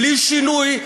בלי שינוי,